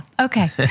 okay